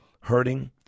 hurting